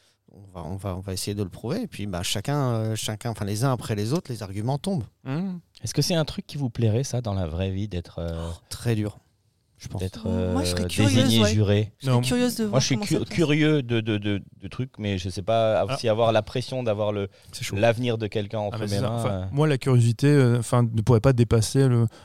On va- on va- on va essayer de le prouver, et puis, bah, chacun, euh, chacun, enfin, les uns après les autres, les arguments tombent. Mhm. Est-ce que c'est un truc qui vous plairait, ça, dans la vraie vie, d'être, euh, Oh, très dur, je pense. d'être, Moi, je serais euh, curieuse, désigné, ouais. juré? Je serais Non. curieuse de Moi, voir je suis comment ça cu- se passe. curieux de- de- de- de trucs, mais je sais pas si Ah. avoir la pression d'avoir le- C'est chaud. l'avenir de quelqu'un Ah, entre mais mes c'est ça. mains, Enfin, euh. moi, la curiosité, euh, enfin, ne pourrait pas dépasser le-